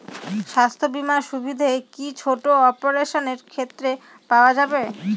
স্বাস্থ্য বীমার সুবিধে কি ছোট অপারেশনের ক্ষেত্রে পাওয়া যাবে?